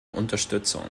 unterstützung